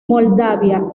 moldavia